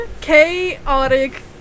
Chaotic